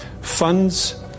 funds